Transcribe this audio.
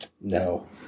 No